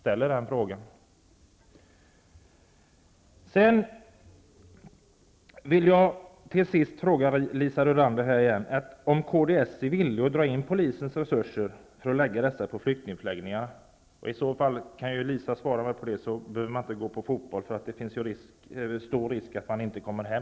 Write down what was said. Till sist vill jag fråga Liisa Rulander om huruvida kds är villigt att dra in polisens resurser för att lägga dessa på flyktingförläggningarna. Är det så, behöver man inte gå och se på fotboll, för det finns stor risk för att man inte kommer hem.